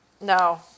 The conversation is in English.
No